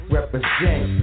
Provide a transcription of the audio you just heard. Represent